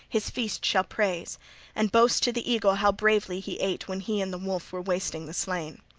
his feast shall praise and boast to the eagle how bravely he ate when he and the wolf were wasting the slain.